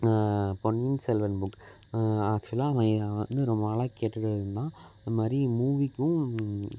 பொன்னியின் Selvan book ஆக்ஷுவலாக அவ ஏன் அவன் வந்து ரொம்ப நாளாக கேட்டுட்டே இருந்தான் அது மாதிரி மூவிக்கும்